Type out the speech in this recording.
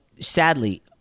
sadly